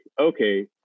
okay